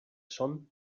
son